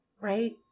right